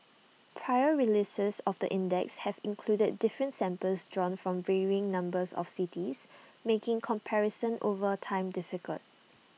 prior releases of the index have included different samples drawn from varying numbers of cities making comparison over time difficult